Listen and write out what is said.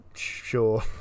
Sure